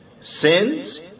Sins